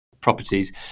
properties